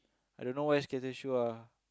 I don't know why skater shoes ah